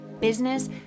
business